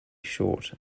short